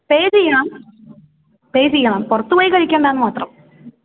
പേ ചെയ്യണം പേ ചെയ്യണം പുറത്തുപോയി കഴിക്കണ്ടാണ് മാത്രം